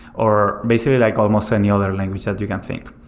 or basically like almost any other language that you can think.